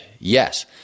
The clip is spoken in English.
yes